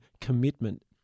commitment